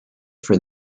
for